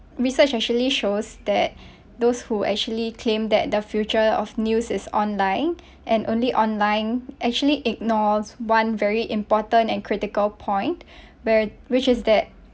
research actually shows that those who actually claim that the future of news is online and only online actually ignores one very important and critical point where which is that